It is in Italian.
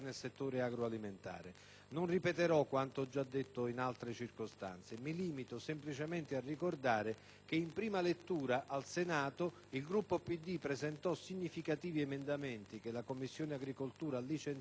non ripeterò quanto già detto in altre circostanze. Mi limito in sintesi a ricordare che in prima lettura al Senato il Gruppo PD presentò significativi emendamenti che la Commissione agricoltura licenziò all'unanimità,